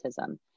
autism